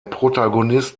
protagonist